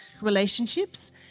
relationships